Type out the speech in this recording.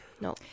No